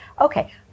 Okay